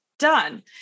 Done